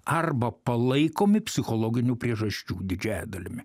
arba palaikomi psichologinių priežasčių didžia dalimi